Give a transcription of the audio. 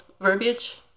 Verbiage